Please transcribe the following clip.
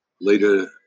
later